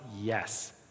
yes